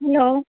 hello